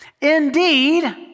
Indeed